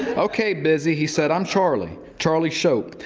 okay, busy, he said. i'm charlie. charlie shope.